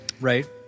Right